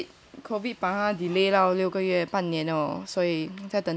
就是那个 COVID delay 了六个月半年 loh 所以再等多一下子吧